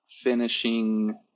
finishing